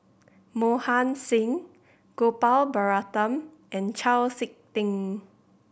Mohan Singh Gopal Baratham and Chau Sik Ting